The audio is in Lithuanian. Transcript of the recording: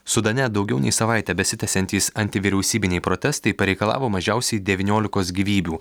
sudane daugiau nei savaitę besitęsiantys antivyriausybiniai protestai pareikalavo mažiausiai devyniolikos gyvybių